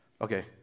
Okay